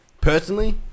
Personally